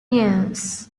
news